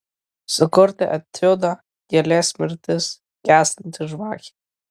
sukurti etiudą gėlės mirtis gęstanti žvakė